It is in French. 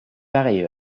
pareille